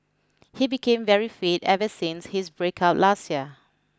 he became very fit ever since his breakup last year